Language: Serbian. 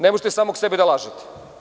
Ne možete samog sebe da lažete.